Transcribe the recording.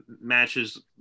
matches